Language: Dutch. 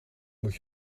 moet